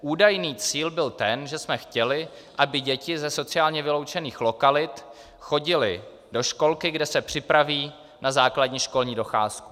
Údajný cíl byl ten, že jsme chtěli, aby děti ze sociálně vyloučených lokalit chodily do školky, kde se připraví na základní školní docházku.